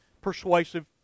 persuasive